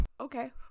okay